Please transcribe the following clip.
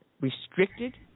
restricted